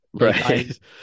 Right